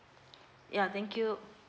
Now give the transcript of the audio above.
ya thank you